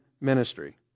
ministry